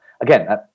again